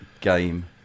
game